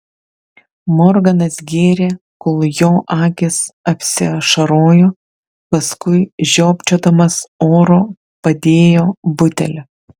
morganas gėrė kol jo akys apsiašarojo paskui žiopčiodamas oro padėjo butelį